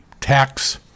tax